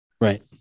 Right